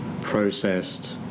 processed